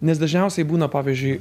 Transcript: nes dažniausiai būna pavyzdžiui